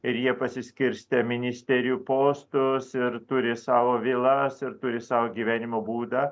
ir jie pasiskirstę ministerijų postus ir turi savo vilas ir turi savo gyvenimo būdą